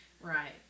Right